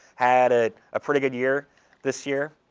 had ah a pretty good year this year.